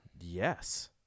Yes